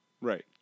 Right